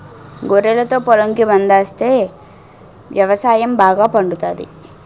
గొర్రెలతో పొలంకి మందాస్తే వ్యవసాయం బాగా పండుతాది